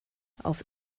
auf